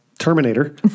terminator